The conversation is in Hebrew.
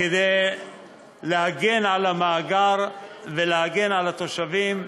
כדי להגן על המאגר ולהגן על התושבים.